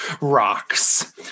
rocks